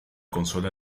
consola